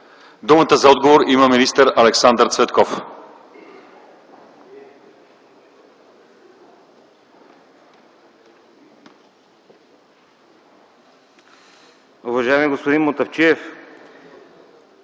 Думата за отговор има министър Александър Цветков.